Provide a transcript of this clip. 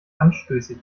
anstößig